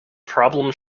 problem